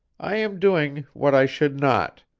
i am doing what i should not.